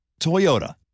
Toyota